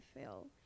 feel